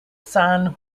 san